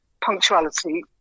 punctuality